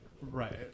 Right